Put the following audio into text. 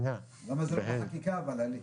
למה זה לא בחקיקה אבל, עלי?